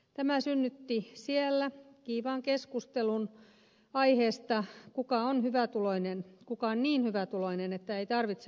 tämä synnytti englannissa kiivaan keskustelun aiheesta kuka on hyvätuloinen kuka on niin hyvätuloinen ettei tarvitse lapsilisää